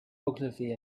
ogilvy